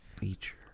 feature